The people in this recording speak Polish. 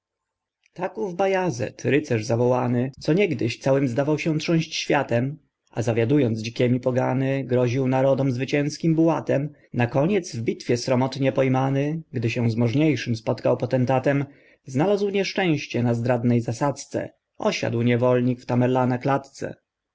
ów bajazet rycerz zawołany co niegdyś całym zdawał się trząść światem a zawiadując dzikiemi pogany groził narodom zwycięzkim bułatem nakoniec w bitwie sromotnie pojmany gdy się z możniejszym spotkał potentatem znalazł nieszczęście na zdradnej zasadzce osiadł niewolnik w tamerlana klatce